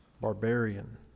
barbarian